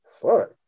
fuck